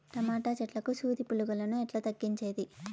Tomato చెట్లకు సూది పులుగులను ఎట్లా తగ్గించేది?